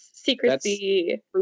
secrecy